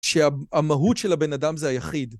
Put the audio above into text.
שהמהות של הבן אדם זה היחיד.